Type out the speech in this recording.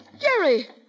Jerry